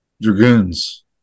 dragoons